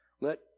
Let